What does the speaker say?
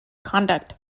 conduct